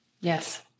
Yes